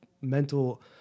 mental